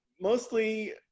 mostly